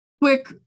quick